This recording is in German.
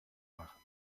machen